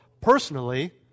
personally